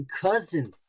cousin